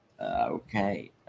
Okay